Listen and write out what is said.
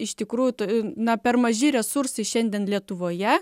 iš tikrųjų na per maži resursai šiandien lietuvoje